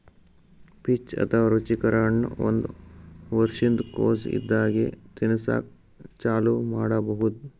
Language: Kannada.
ಪೀಚ್ ಅಥವಾ ರುಚಿಕರ ಹಣ್ಣ್ ಒಂದ್ ವರ್ಷಿನ್ದ್ ಕೊಸ್ ಇದ್ದಾಗೆ ತಿನಸಕ್ಕ್ ಚಾಲೂ ಮಾಡಬಹುದ್